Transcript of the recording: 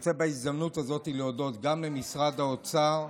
בהזדמנות הזאת אני רוצה להודות גם למשרד האוצר,